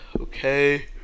okay